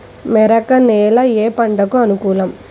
మెరక నేల ఏ పంటకు అనుకూలం?